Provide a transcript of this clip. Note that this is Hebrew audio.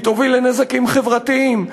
היא תוביל לנזקים חברתיים,